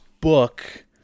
book